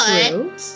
True